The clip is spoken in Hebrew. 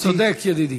צודק, ידידי.